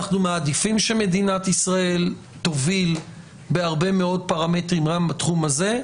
אנחנו מעדיפים שמדינת ישראל תוביל בהרבה מאוד פרמטרים גם בתחום הזה.